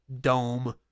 dome